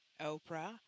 oprah